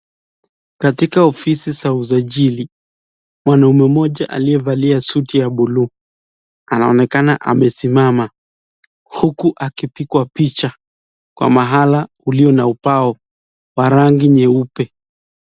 Katika ofisi za usajili mwanaume mmoja aliyevalia suti ya buluu anaonekana amesimama huku akipigwa picha kwa mahali iliyo na ubao wa rangi nyeupe.